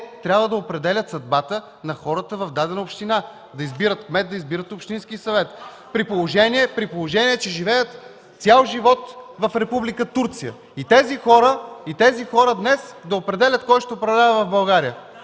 трябва да определят съдбата в дадена община, да избират кмет, да избират общински съвет, при положение че живеят цял живот в Република Турция? И тези хора днес да определят кой ще управлява в България!